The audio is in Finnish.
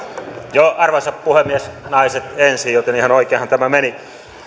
arvoisa puhemies naiset ensin joten ihan oikeinhan tämä meni